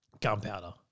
Gunpowder